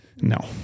No